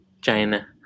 China